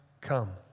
come